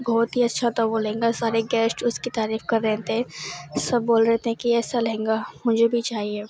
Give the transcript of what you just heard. بہت ہی اچھا تھا وہ لہنگا سارے گیسٹ اس کی تعریف کر رہے تھے سب بول رہے تھے کہ ایسا لہنگا مجھے بھی چاہیے